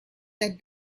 that